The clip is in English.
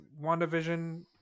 wandavision